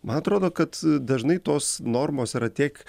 man atrodo kad dažnai tos normos yra tiek